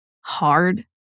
hard